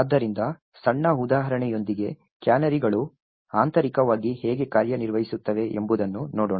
ಆದ್ದರಿಂದ ಸಣ್ಣ ಉದಾಹರಣೆಯೊಂದಿಗೆ ಕ್ಯಾನರಿಗಳು ಆಂತರಿಕವಾಗಿ ಹೇಗೆ ಕಾರ್ಯನಿರ್ವಹಿಸುತ್ತವೆ ಎಂಬುದನ್ನು ನೋಡೋಣ